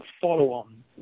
follow-on